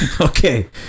Okay